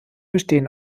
bestehen